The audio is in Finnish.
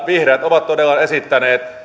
vihreät ovat todella esittäneet